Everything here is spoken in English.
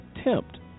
attempt